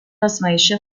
آزمایش